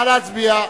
נא להצביע.